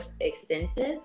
extensive